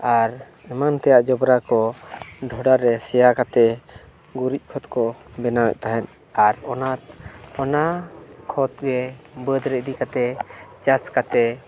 ᱟᱨ ᱮᱢᱟᱱ ᱛᱮᱭᱟᱜ ᱡᱚᱵᱽᱨᱟ ᱠᱚ ᱰᱚᱰᱷᱟ ᱨᱮ ᱥᱮᱭᱟ ᱠᱟᱛᱮᱫ ᱜᱩᱨᱤᱡ ᱠᱷᱚᱫᱽ ᱠᱚ ᱵᱮᱱᱟᱣᱮᱜ ᱛᱟᱦᱮᱸᱫ ᱟᱨ ᱚᱱᱟ ᱚᱱᱟ ᱠᱷᱚᱫᱽ ᱜᱮ ᱵᱟᱹᱫᱽ ᱨᱮ ᱤᱫᱤ ᱠᱟᱛᱮᱫ ᱪᱟᱥ ᱠᱟᱛᱮᱫ